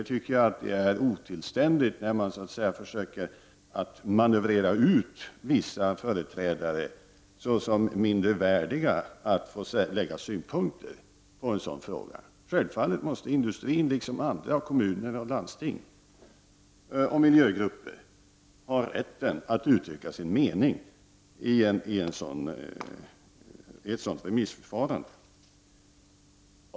Jag tycker att det är otillständigt att så att säga försöka manövrera ut vissa företrädare såsom mindre värdiga att få anlägga synpunkter på en sådan här fråga. Självfallet måste industrin liksom andra, såsom kommuner, landsting och miljögrupper, ha rätt att uttrycka sin mening i ett sådant remissförfarande.